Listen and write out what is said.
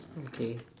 okay